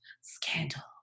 scandal